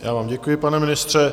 Já vám děkuji, pane ministře.